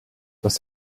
das